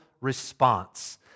response